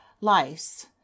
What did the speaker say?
lice